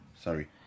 Sorry